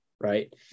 right